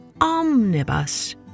omnibus